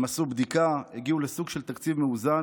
הם עשו בדיקה, הגיעו לסוג של תקציב מאוזן,